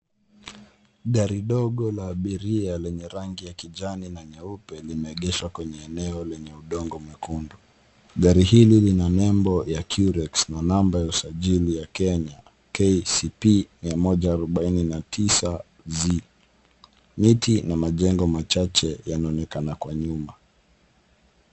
Gari ndogo la abiria lenye rangi ya kijani na nyeupe limeegeshwa kwenye eneo lenye udongo mwekundu. Gari hili lina nembo ya Qurex na namba ya usajili wa Kenya KCP 149Z. Miti na majengo machache yanaonekana kwa nyuma.